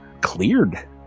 cleared